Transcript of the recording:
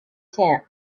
tent